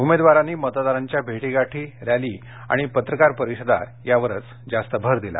उमेदवारांनी मतदारांच्या भेटीगाठी रॅली आणि पत्रकार परिषद यावरच जास्त भर दिला